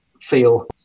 feel